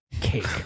Cake